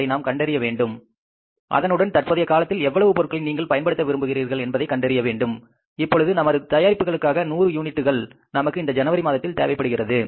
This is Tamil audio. அதை நாம் கண்டறிய வேண்டும் அதனுடன் தற்போதைய காலத்தில் எவ்வளவு பொருட்களை நீங்கள் பயன்படுத்த விரும்புகிறீர்கள் என்பதையும் கண்டறிய வேண்டும் இப்பொழுது நமது தயாரிப்புக்காக 500 யூனிட்டுகள் நமக்கு இந்த ஜனவரி மாதத்தில் தேவைப்படுகின்றது